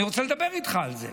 אני רוצה לדבר איתך על זה.